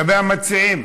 לגבי המציעים,